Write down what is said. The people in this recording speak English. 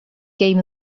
game